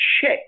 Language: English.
check